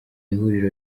ihuriro